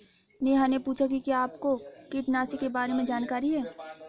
नेहा ने पूछा कि क्या आपको कीटनाशी के बारे में जानकारी है?